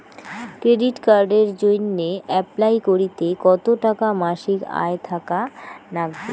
Credit কার্ডের জইন্যে apply করিতে কতো টাকা মাসিক আয় থাকা নাগবে?